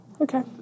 Okay